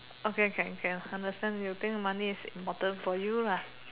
okay can can understand you think money is important for you lah